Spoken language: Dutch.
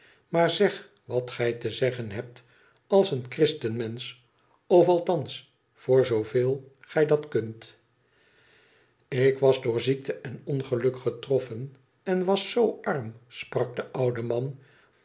tmaar zeg wat gij te zeggen hebt als een christeomensch of althans voor zooveel gij dat kunt tik was door ziekte en ongeluk getroffen en was zoo arm sprak de oude man